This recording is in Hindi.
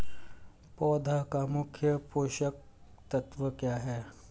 पौधे का मुख्य पोषक तत्व क्या हैं?